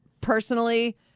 personally